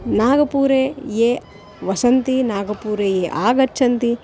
नागपुरे ये वसन्ति नागपुरे ये आगच्छन्ति